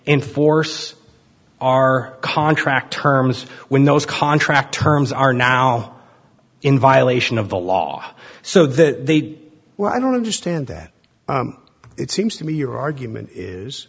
enforce our contract terms when those contract terms are now in violation of the law so that they well i don't understand that it seems to me your argument is